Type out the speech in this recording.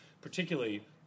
particularly